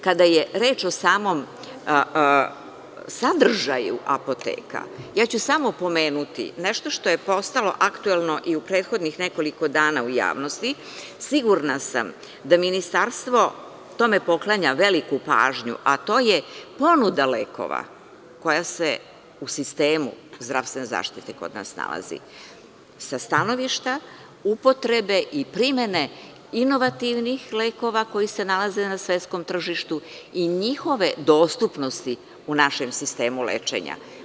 Kada je reč o samom sadržaju apoteka, samo ću pomenuti nešto što je postalo aktuelno i u prethodnih nekoliko dana u javnosti, sigurna sam da ministarstvo tome poklanja veliku pažnju, a to je ponuda lekova koja se u sistemu zdravstvene zaštite kod nas nalazi, sa stanovišta upotrebe i primene inovativnih lekova, koji se nalaze na svetskom tržištu, i njihove dostupnosti u našem sistemu lečenja.